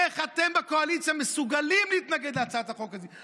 איך אתם בקואליציה מסוגלים להתנגד להצעת החוק הזאת?